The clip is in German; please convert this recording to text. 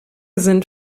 sind